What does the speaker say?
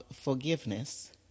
forgiveness